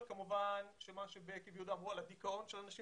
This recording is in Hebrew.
כמובן שמה שבקי ויהודה אמרו על הדיכאון של אנשים,